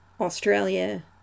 Australia